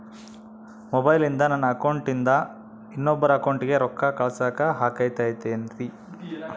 ಮೊಬೈಲಿಂದ ನನ್ನ ಅಕೌಂಟಿಂದ ಇನ್ನೊಬ್ಬರ ಅಕೌಂಟಿಗೆ ರೊಕ್ಕ ಕಳಸಾಕ ಆಗ್ತೈತ್ರಿ?